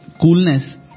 coolness